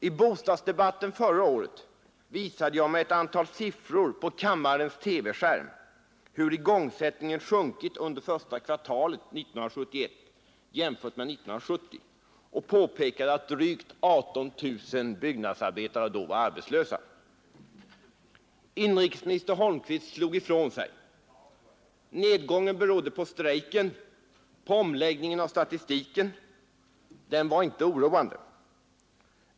I bostadsdebatten förra året visade jag med ett antal siffror på kammarens TV-skärm hur igångsättningen sjunkit under första kvartalet 1971 jämfört med 1970 och påpekade att drygt 18 000 byggnadsarbetare Inrikesminister Holmqvist slog då ifrån sig. Nedgången berodde på strejken och på omläggningen av statistiken. Den var inte oroande.